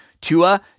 Tua